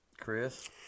Chris